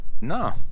No